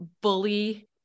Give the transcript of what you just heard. bully